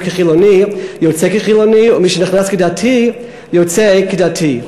כחילוני יוצא כחילוני ומי שנכנס כדתי יוצא כדתי.